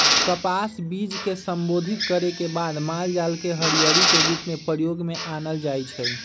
कपास बीज के संशोधित करे के बाद मालजाल के हरियरी के रूप में प्रयोग में आनल जाइ छइ